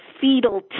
fetal